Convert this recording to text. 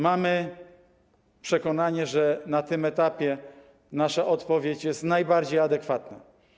Mamy przekonanie, że na tym etapie nasza odpowiedź jest najbardziej adekwatna.